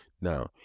Now